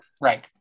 Right